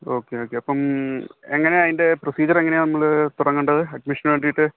okay okay അപ്പം എങ്ങനെയാണ് അതിൻ്റെ പ്രൊസീജിയർ എങ്ങനെയാണ് നമ്മൾ തുടങ്ങേണ്ടത് അഡ്മിഷന് വേണ്ടീട്ട്